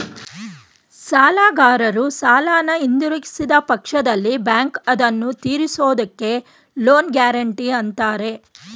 ಸಾಲಗಾರರು ಸಾಲನ ಹಿಂದಿರುಗಿಸಿದ ಪಕ್ಷದಲ್ಲಿ ಬ್ಯಾಂಕ್ ಅದನ್ನು ತಿರಿಸುವುದಕ್ಕೆ ಲೋನ್ ಗ್ಯಾರೆಂಟಿ ಅಂತಾರೆ